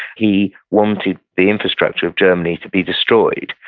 he wanted the infrastructure of germany to be destroyed,